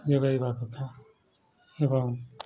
ଯୋଗାଇବା କଥା ଏବଂ